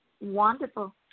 Wonderful